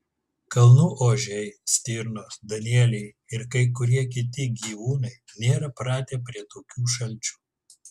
kalnų ožiai stirnos danieliai ir kai kurie kiti gyvūnai nėra pratę prie tokių šalčių